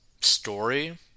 story